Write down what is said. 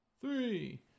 Three